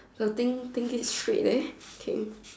something think it straight eh okay